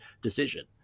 decision